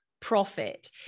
Profit